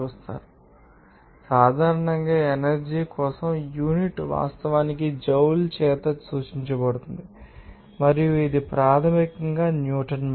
కాబట్టి ఈ సందర్భంలో సాధారణంగా ఎనర్జీ కోసం యూనిట్ వాస్తవానికిజౌల్ చేత సూచించబడుతుంది మరియు ఇది ప్రాథమికంగా న్యూటన్ మీటర్